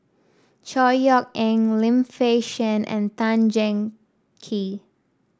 Chor Yeok Eng Lim Fei Shen and Tan Kee